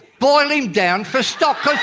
boil him down for stock.